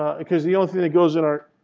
ah because the only thing that goes in our